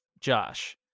josh